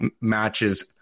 matches